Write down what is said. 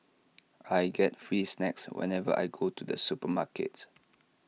I get free snacks whenever I go to the supermarket